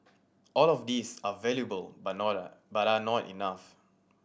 all of these are valuable but not are but are not enough